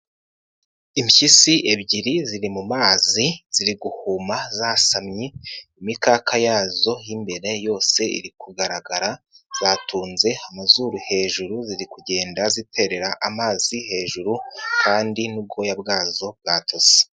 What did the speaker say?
Impyisi ebyiri ziri mu mazi. Ziri guhuma zasamye, imikaka yazo y'imbere yose iri kugaragara. Zatunze amazuru hejuru ziri kugenda ziterera amazi hejuru kandi n'ubwoya bwazo bwatose.